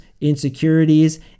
insecurities